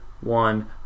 one